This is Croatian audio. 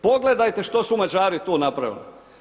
Pogledajte što su Mađari tu napravili.